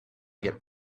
get